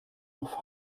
noch